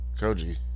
Koji